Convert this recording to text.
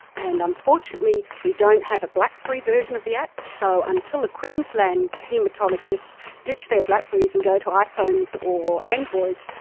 and unfortunately we don't have a blackberry version of the app, so until the queensland haematologists ditch their blackberries and go to iphones or androids,